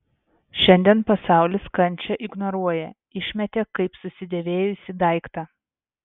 šiandien pasaulis kančią ignoruoja išmetė kaip susidėvėjusį daiktą